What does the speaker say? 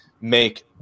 make